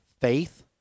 faith